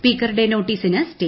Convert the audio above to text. സ്ക്പ്പീക്കറുടെ നോട്ടീസിന് സ്റ്റേ